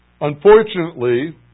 Unfortunately